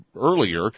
earlier